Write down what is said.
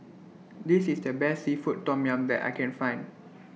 This IS The Best Seafood Tom Yum that I Can Find